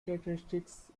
characteristics